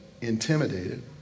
intimidated